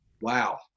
wow